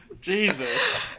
Jesus